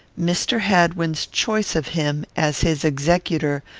mr. hadwin's choice of him, as his executor,